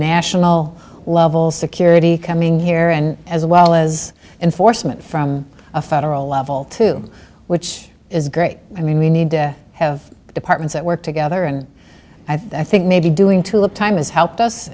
national level security coming here and as well as enforcement from a federal level to which is great i mean we need to have departments that work together and i think maybe doing tulip time has helped us